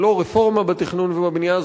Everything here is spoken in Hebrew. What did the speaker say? זו לא רפורמה בתכנון ובבנייה,